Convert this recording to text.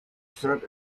set